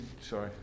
Sorry